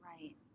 Right